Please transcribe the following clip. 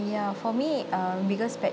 ya for me uh biggest pet